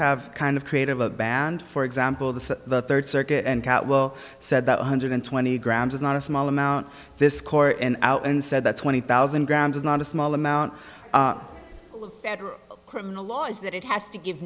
have kind of creative a band for example the third circuit and cat will said that one hundred twenty grams is not a small amount this court and out and said that twenty thousand grams is not a small amount of federal criminal law is that it has to give